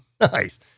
Nice